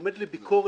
אבל צריך לזכור,